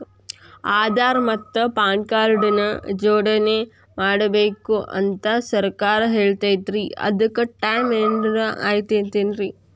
ಆಧಾರ ಮತ್ತ PAN card ನ ಜೋಡಣೆ ಮಾಡ್ಬೇಕು ಅಂತಾ ಸರ್ಕಾರ ಹೇಳೈತ್ರಿ ಅದ್ಕ ಟೈಮ್ ಏನಾರ ಐತೇನ್ರೇ?